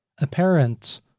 apparent